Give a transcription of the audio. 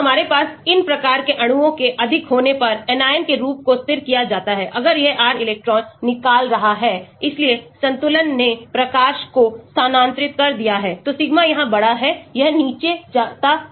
तो हमारे पास इन प्रकार के अणुओं के अधिक होने पर anion के रूप को स्थिर किया जाता है अगर यह R इलेक्ट्रॉन निकाल रहा है इसलिए संतुलन ने प्रकाश को स्थानांतरित कर दिया है तो सिग्मा यहां बड़ा है यह नीचे जाता है